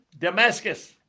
Damascus